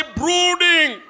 brooding